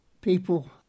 people